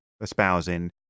espousing